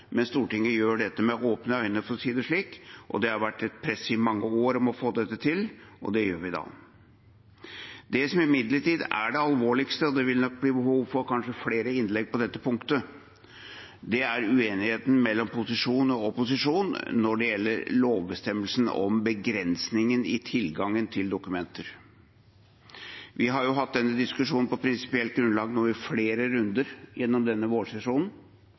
men Stortinget gjør dette med åpne øyne, for å si det slik. Det har vært et press i mange år for å få dette til, og det gjør vi i dag. Det som imidlertid er det alvorligste – og det vil nok bli behov for kanskje flere innlegg på dette punktet – er uenigheten mellom posisjon og opposisjon når det gjelder lovbestemmelsen om begrensningen i tilgangen til dokumenter. Vi har hatt den diskusjonen på prinsipielt grunnlag i flere runder gjennom denne vårsesjonen,